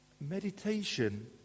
Meditation